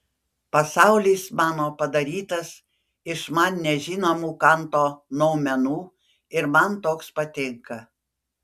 pasaulis mano padarytas iš man nežinomų kanto noumenų ir man toks patinka